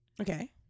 Okay